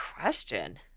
question